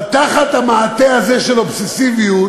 אבל תחת המעטה הזה של אובססיביות